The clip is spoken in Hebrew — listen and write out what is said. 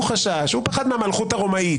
הוא פחד מהמלכות הרומאית.